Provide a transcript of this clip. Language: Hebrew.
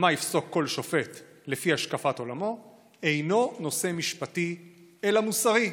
מה יפסוק כל שופט לפי השקפת עולמו אינו נושא משפטי אלא מוסרי,